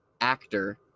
actor